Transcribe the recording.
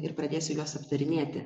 ir pradėsiu juos aptarinėti